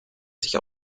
sich